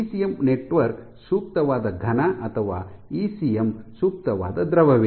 ECM network ಸೂಕ್ತವಾದ ಘನ ಅಥವಾ ಇಸಿಎಂ ಸೂಕ್ತವಾದ ದ್ರವವೇ